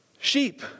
sheep